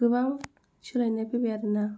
गोबां सोलायनाय फैबाय आरो ना